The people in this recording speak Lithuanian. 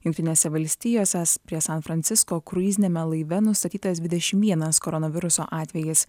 jungtinėse valstijose prie san francisko kruiziniame laive nustatytas dvidešimt vienas koronaviruso atvejis